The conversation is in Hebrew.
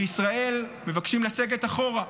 בישראל מבקשים לסגת אחורה.